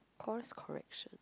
course correction